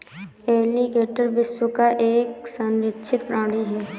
alligator विश्व का एक संरक्षित प्राणी है